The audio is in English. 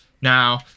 now